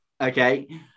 okay